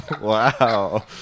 Wow